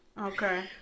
Okay